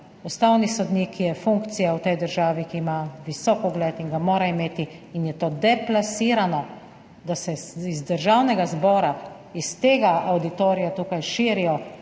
ustavni sodnik je funkcija v tej državi, ki ima visok ugled in ga mora imeti. In je to deplasirano, da se iz Državnega zbora, iz tega avditorija tukaj širijo